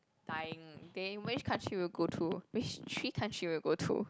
dying then which country will you go to which three country will you go to